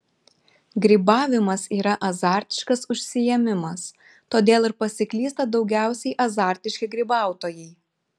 grybavimas yra azartiškas užsiėmimas todėl ir pasiklysta daugiausiai azartiški grybautojai